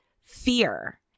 fear